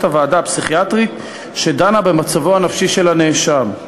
הוועדה הפסיכיאטרית שדנה במצבו הנפשי של הנאשם.